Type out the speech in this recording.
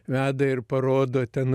veda ir parodo ten